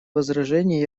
возражений